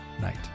night